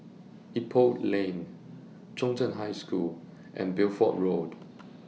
Ipoh Lane Chung Cheng High School and Bideford Road